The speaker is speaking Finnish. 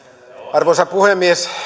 arvoisa puhemies